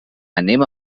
anem